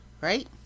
Right